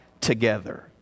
together